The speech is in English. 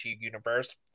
universe